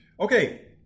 Okay